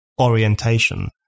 orientation